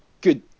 good